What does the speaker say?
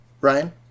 Ryan